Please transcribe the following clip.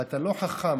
ואתה לא חכם,